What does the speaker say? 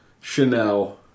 Chanel